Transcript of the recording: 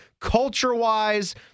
culture-wise